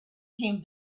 came